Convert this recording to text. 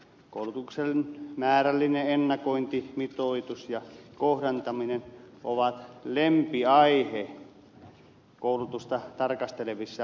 koulutuksen määrällinen ennakointi mitoitus ja kohdentaminen ovat lempiaihe koulutusta tarkastelevissa raporteissa